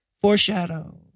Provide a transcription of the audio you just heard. Foreshadow